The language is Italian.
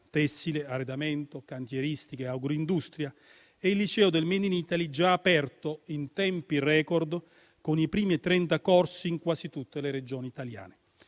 (tessile, arredamento, cantieristica e agroindustria), e il Liceo del *made in Italy*, già aperto in tempi *record* con i primi 30 corsi in quasi tutte le Regioni italiane.